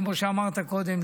כמו שאמרת קודם,